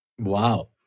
Wow